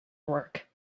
work